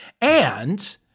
And-